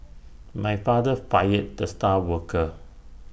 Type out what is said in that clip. my father fired the star worker